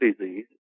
disease